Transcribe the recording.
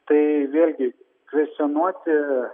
tai vėlgi kvestionuoti